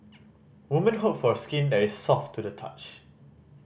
women hope for skin that is soft to the touch